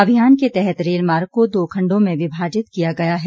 अभियान के तहत रेल मार्ग को दो खंडों में विभाजित किया गया है